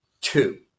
two